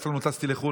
אף פעם לא טסתי לחו"ל,